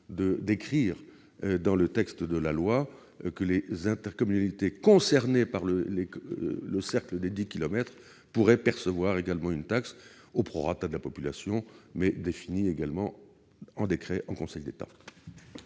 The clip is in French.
à écrire dans le projet de loi que les intercommunalités concernées par le périmètre des dix kilomètres pourraient percevoir également une taxe au prorata de leur population, mais définie également en décret en Conseil d'État.